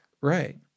Right